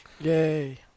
Yay